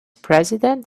president